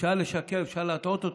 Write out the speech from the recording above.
אפשר לשקר, אפשר להטעות אותו,